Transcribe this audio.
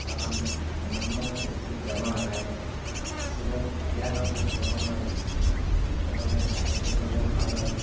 কাৰণ ইমানো স্পীড যাব নালাগে এক্সিডেণ্ট কেতিয়া হয় কোনো ক'ব নোৱাৰি সেইবাবে লাহেকে গ'লে ভাল আৰু